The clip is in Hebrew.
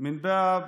לרבות